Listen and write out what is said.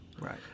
Right